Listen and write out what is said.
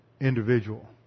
individual